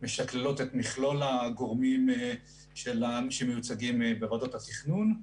את מכלול הגורמים שמיוצגים בוועדות התכנון.